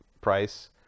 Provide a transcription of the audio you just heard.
price